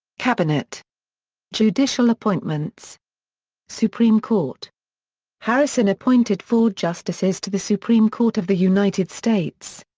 cabinet judicial appointments supreme court harrison appointed four justices to the supreme court of the united states.